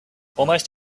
almost